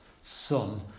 son